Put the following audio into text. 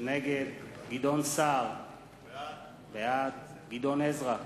נגד גדעון סער, בעד גדעון עזרא,